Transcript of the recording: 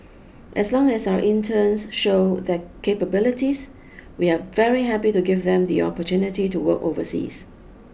as long as our interns show their capabilities we are very happy to give them the opportunity to work overseas